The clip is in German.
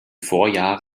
vorjahr